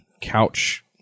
couch